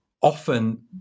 often